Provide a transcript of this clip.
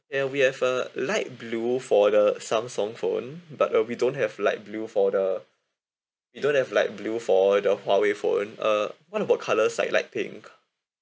and we have a light blue for the samsung phone but uh we don't have light blue for the we don't have light blue for the huawei phone uh what about colours like light pink